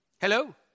Hello